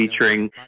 featuring